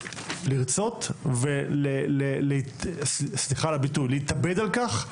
לרצות - וסליחה על הביטוי - להתאבד על כך,